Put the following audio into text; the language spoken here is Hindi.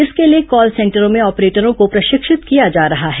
इसके लिए कॉल सेंटरों में ऑपरेटरों को प्रशिक्षित किया जा रहा है